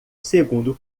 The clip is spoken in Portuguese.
segundo